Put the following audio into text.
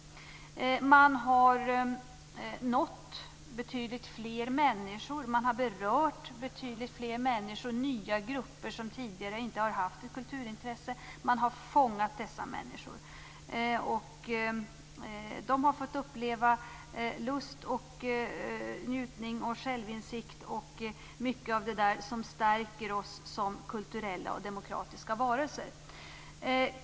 Man har nått och berört åtskilliga nya grupper som tidigare inte har haft ett kulturintresse. Man har fångat in människor som har fått uppleva mycket av lust, njutning, självinsikt osv., sådant som stärker oss som kulturella och demokratiska varelser.